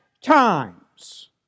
times